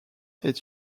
est